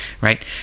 Right